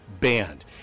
banned